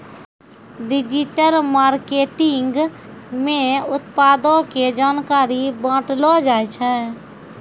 digital marketing मे उत्पादो के जानकारी बांटलो जाय छै